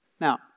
Now